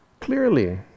clearly